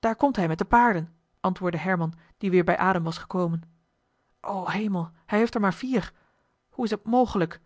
daar komt hij met de paarden antwoordde herman die weer bij adem was gekomen o hemel hij heeft er maar vier hoe is t mogelijk